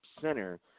center